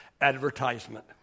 advertisement